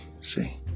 See